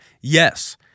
Yes